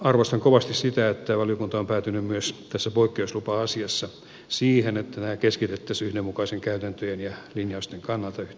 arvostan kovasti sitä että valiokunta on päätynyt myös tässä poikkeuslupa asiassa siihen että nämä keskitettäisiin yhdenmukaisten käytäntöjen ja linjausten kannalta yhdelle viranomaiselle